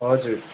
हजुर